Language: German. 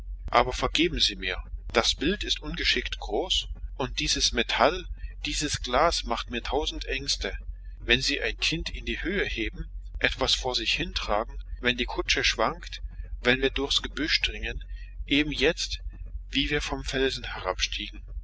aber vergeben sie mir das bild ist ungeschickt groß und dieses metall dieses glas macht mir tausend ängste wenn sie ein kind in die höhe heben etwas vor sich hintragen wenn die kutsche schwankt wenn wir durchs gebüsch dringen eben jetzt wie wir vom felsen